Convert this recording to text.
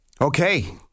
Okay